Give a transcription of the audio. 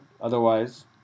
Otherwise